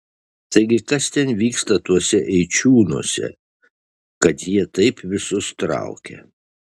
taigi kas ten vyksta tuose eičiūnuose kad jie taip visus traukia